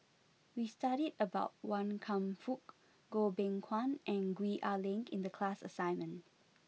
we studied about Wan Kam Fook Goh Beng Kwan and Gwee Ah Leng in the class assignment